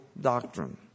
doctrine